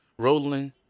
Roland